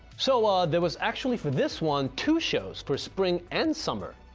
so uuhh, there was actually for this one two shows for spring and summer